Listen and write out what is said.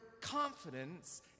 confidence